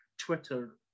Twitter